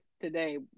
today